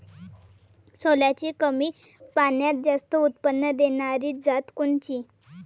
सोल्याची कमी पान्यात जास्त उत्पन्न देनारी जात कोनची?